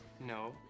No